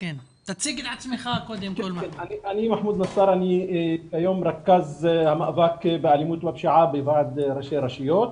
אני היום רכז המאבק בפשיעה בוועד ראשי הרשויות.